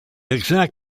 exact